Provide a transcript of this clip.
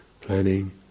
planning